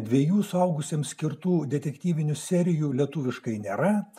dviejų suaugusiems skirtų detektyvinių serijų lietuviškai nėra